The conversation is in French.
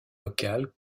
locale